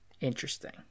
Interesting